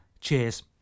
Cheers